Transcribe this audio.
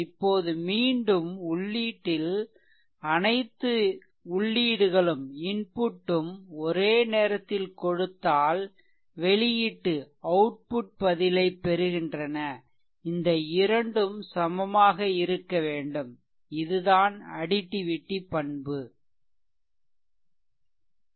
இப்போது மீண்டும் உள்ளீட்டில் அனைத்து உள்ளீடுகளும் ஒரே நேரத்தில் கொடுத்தால் வெளியீட்டு பதிலைப் பெறுகின்றன இந்த இரண்டும் சமமாக இருக்க வேண்டும் இதுதான் அடிடிவிடி பண்பு additivity property